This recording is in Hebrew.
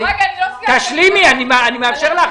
תשלימי את דבריך.